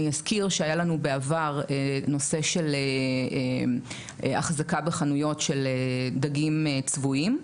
אני אזכיר שהיה לנו בעבר נושא של החזקה בחנויות של דגים צבועים,